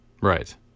Right